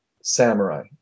samurai